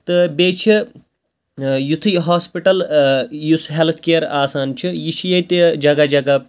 تہٕ بیٚیہِ چھِ یُتھُے ہاسپِٹَل یُس ہٮ۪لٕتھ کِیَر آسان چھُ یہِ چھِ ییٚتہِ جگہ جگہ